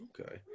Okay